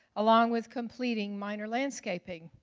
along with completing minor landscaping.